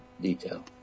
detail